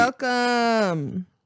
Welcome